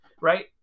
right